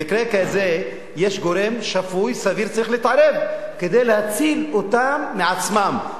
במקרה כזה גורם שפוי סביר צריך להתערב כדי להציל אותם מעצמם,